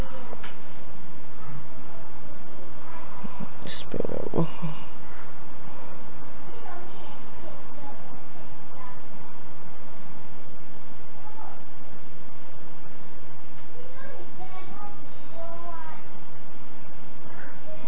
spring roll